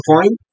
point